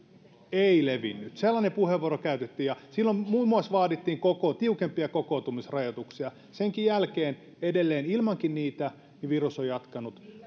ei levinnyt sellainen puheenvuoro käytettiin silloin muun muassa vaadittiin tiukempia kokoontumisrajoituksia senkin jälkeen ja ilmankin niitä viruksen levinneisyys on edelleen jatkanut